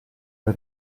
era